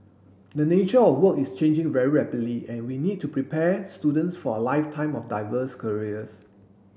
the nature of work is changing very rapidly and we need to prepare students for a lifetime of diverse careers